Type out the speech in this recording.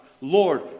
Lord